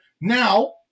Now